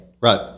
Right